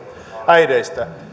äideistä